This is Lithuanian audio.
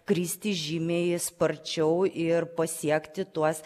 kristi žymiai sparčiau ir pasiekti tuos